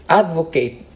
advocate